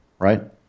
Right